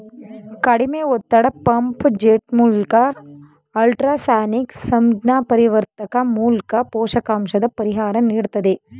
ಕಡಿಮೆ ಒತ್ತಡ ಪಂಪ್ ಜೆಟ್ಮೂಲ್ಕ ಅಲ್ಟ್ರಾಸಾನಿಕ್ ಸಂಜ್ಞಾಪರಿವರ್ತಕ ಮೂಲ್ಕ ಪೋಷಕಾಂಶದ ಪರಿಹಾರ ನೀಡ್ತದೆ